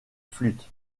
flûte